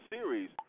Series